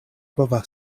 povas